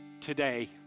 today